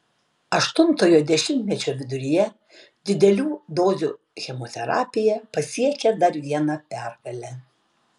aštuntojo dešimtmečio viduryje didelių dozių chemoterapija pasiekė dar vieną pergalę